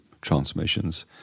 transmissions